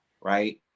right